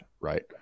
right